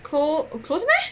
clo~ closed meh